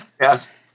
Yes